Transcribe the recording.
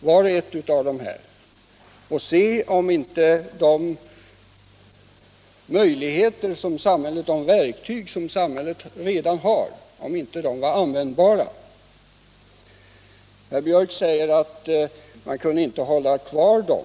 vart och ett av dessa fall och pröva om inte de verktyg som samhället redan har hade varit användbara. Herr Biörck säger att man inte kunde hålla dem kvar.